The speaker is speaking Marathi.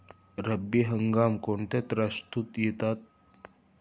रब्बी हंगाम कोणत्या ऋतूत येतात?